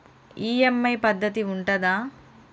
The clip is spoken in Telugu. ఈ.ఎమ్.ఐ పద్ధతి ఉంటదా?